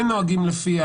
אין נוהגים לפיה.